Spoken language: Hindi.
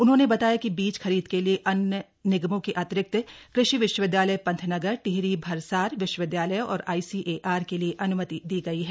उन्होंने बताया कि बीज खरीद के लिए अन्य निगमों के अतिरिक्त कृषि विश्वविद्यालय पंतनगर टिहरी भरसार विश्वविद्यालय और आईसीएआर के लिए अन्मति दी गयी है